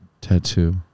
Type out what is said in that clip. tattoo